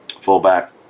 fullback